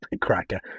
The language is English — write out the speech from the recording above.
cracker